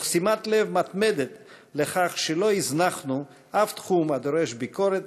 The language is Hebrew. תוך שימת לב מתמדת לכך שלא הזנחנו שום תחום הדורש ביקורת